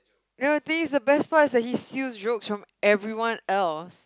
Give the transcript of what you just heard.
no please the best part is that he steals jokes from everyone else